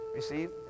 Receive